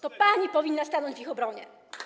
To pani powinna stanąć w ich obronie.